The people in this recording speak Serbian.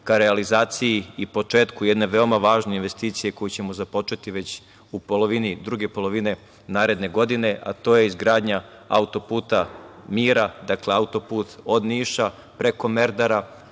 ka realizaciji i početku jedne veoma važne investicije koju ćemo započeti već u drugoj polovini naredne godine, a to je izgradnja „Auto-puta mira“, dakle od Niša preko Merdara